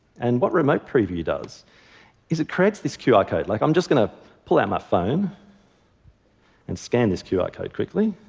and what remote preview does is it creates this qr ah code. like i'm just going to pull out my phone and scan this qi code quickly,